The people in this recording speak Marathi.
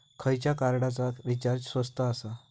खयच्या कार्डचा रिचार्ज स्वस्त आसा?